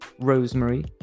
rosemary